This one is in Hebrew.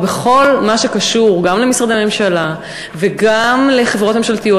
ובכל מה שקשור גם למשרדי ממשלה וגם לחברות ממשלתיות,